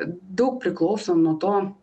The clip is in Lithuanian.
daug priklauso nuo to